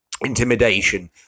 intimidation